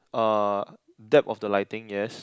uh depth of the lighting yes